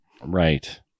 Right